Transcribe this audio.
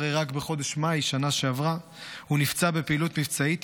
הרי רק בחודש מאי בשנה שעברה הוא נפצע בפעילות מבצעית,